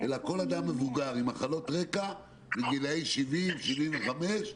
אלא כל אדם מבוגר עם מחלות רקע בגילאי 70, 75,